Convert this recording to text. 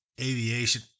aviation